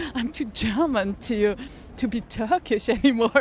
i'm too german to to be turkish anymore.